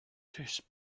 tastes